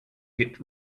hit